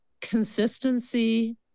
consistency